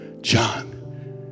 John